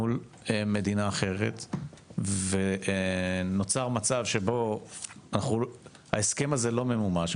מול מדינה אחרת ונוצר מצב שבו ההסכם לא ממומש,